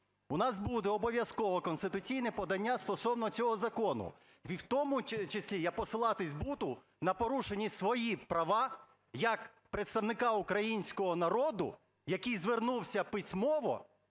У нас буде обов'язково конституційне подання стосовно цього закону, в тому числі я посилатися буду на порушенні свої права як представника українського народу, який звернувся письмово